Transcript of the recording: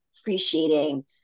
appreciating